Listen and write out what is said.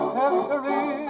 history